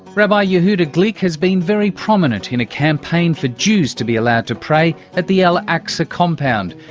rabbi yehuda glick has been very prominent in a campaign for jews to be allowed to pray at the al-aqsa compound,